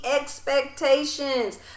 expectations